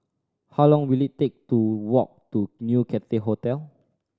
how long will it take to walk to New Cathay Hotel